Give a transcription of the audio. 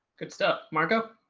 but stuff markup